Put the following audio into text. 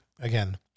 again